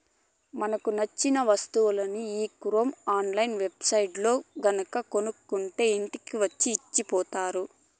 మనకు నచ్చిన వస్తువులని e commerce online web సైట్లల్లో గనక కొనుక్కుంటే ఇంటికి వచ్చి ఇచ్చిపోతారు